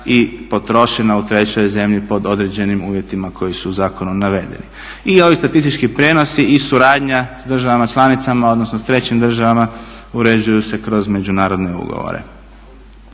i potrošena u trećoj zemlji pod određenim uvjetima koji su zakonom navedeni. I ovi statistički prijenosi i suradnja s državama članicama odnosno s trećim državama uređuju se kroz međunarodne ugovore.